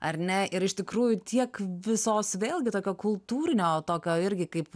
ar ne ir iš tikrųjų tiek visos vėlgi tokio kultūrinio tokio irgi kaip